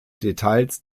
details